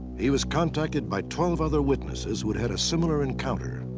he was contacted by twelve other witnesses who'd had a similar encounter.